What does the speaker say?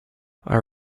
our